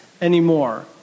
anymore